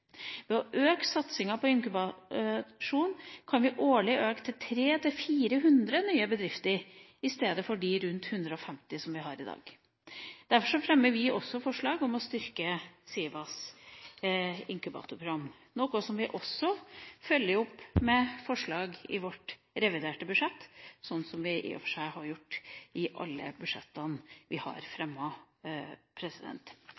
Ved å øke satsinga på inkubasjon kan vi årlig utvikle 300–400 nye bedrifter, i stedet for de rundt 150 som vi har i dag. Derfor fremmer vi også forslag om å styrke SIVAs inkubatorprogram, noe som vi også følger opp med forslag i vårt reviderte budsjett, sånn som vi i og for seg har gjort i alle budsjettene vi har